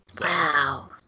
Wow